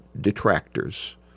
detractors